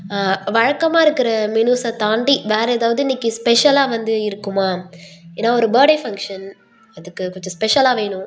வழக்கமாக இருக்கிற மெனுஸை தாண்டி வேறு ஏதாவது இன்றைக்கு ஸ்பெஷலாக வந்து இருக்குமா ஏன்னால் ஒரு பர்த் டே ஃபங்ஷன் அதுக்கு கொஞ்சம் ஸ்பெஷலாக வேணும்